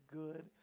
good